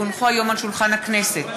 כי הונחו היום על שולחן הכנסת,